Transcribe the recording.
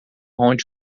onde